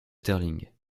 sterling